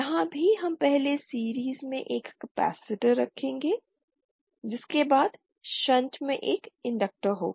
यहाँ भी हम पहले सीरिज़ में एक कपैसिटर रखेंगे जिसके बाद शंट में एक इंडक्टर होगा